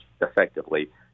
effectively